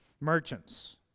Merchants